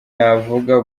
navuga